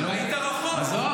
אתה לא מכיר את העובדות.